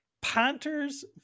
Panthers